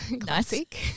classic